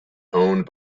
owned